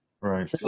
Right